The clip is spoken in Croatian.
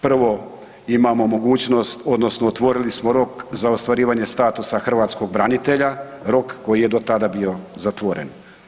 Prvo, imamo mogućnost odnosno otvorili smo rok za ostvarivanje statusa hrvatskog branitelja, rok koji je do tada bio zatvoren.